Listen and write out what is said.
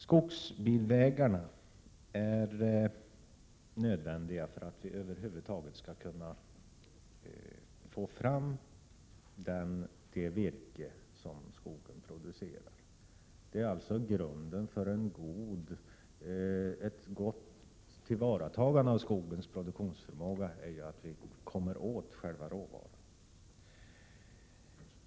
Skogsbilvägarna är nödvändiga för att man över huvud taget skall kunna få fram det virke som skogen producerar. Grunden för ett gott tillvaratagande av skogens produktionsförmåga är ju att vi kommer åt själva råvaran.